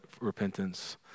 repentance